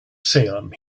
salem